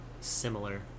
similar